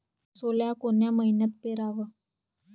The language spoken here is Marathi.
सोला कोन्या मइन्यात पेराव?